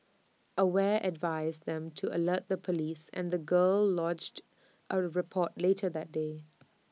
aware advised them to alert the Police and the girl lodged A report later that day